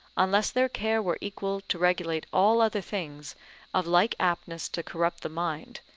unless their care were equal to regulate all other things of like aptness to corrupt the mind,